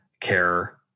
care